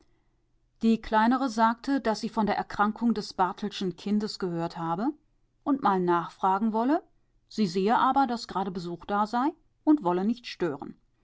die kleinere sagte daß sie von der erkrankung des barthelschen kindes gehört habe und mal nachfragen wolle sie sehe aber daß gerade besuch da sei und wolle nicht stören